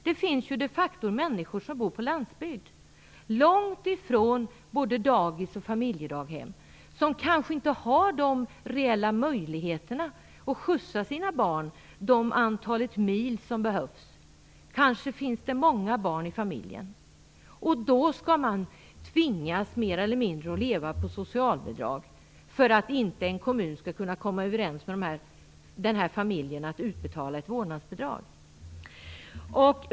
Det finns de facto människor som bor på landsbygd, långt ifrån både dagis och familjedaghem, som kanske inte har de reella möjligheterna att skjutsa sina barn det antal mil som behövs. Kanske finns det många barn i familjen. Då skall man mer eller mindre tvingas att leva på socialbidrag därför att en kommun inte kan komma överens med familjen om att utbetala ett vårdnadsbidrag.